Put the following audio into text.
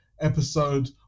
episode